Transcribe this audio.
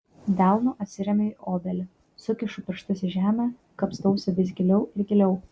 delnu atsiremiu į obelį sukišu pirštus į žemę kapstausi vis giliau ir giliau